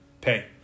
pay